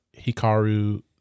Hikaru